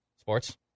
sports